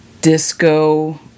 disco